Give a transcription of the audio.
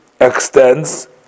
extends